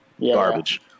Garbage